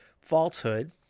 falsehood